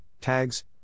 tags